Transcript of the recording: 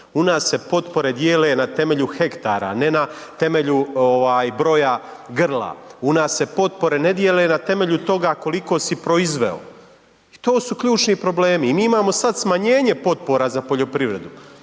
u nas se potpore dijele na temelju hektara, ne na temelju ovaj broja grla. U nas se potpore ne dijele na temelju toga koliko si proizveo i to su ključni problemi. I mi imamo sad smanjenje potpora za poljoprivredu